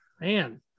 man